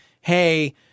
hey